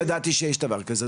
לא ידעתי שיש דבר כזה.